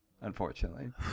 unfortunately